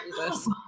Jesus